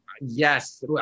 Yes